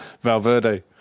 Valverde